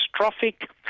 catastrophic